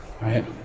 right